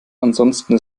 ansonsten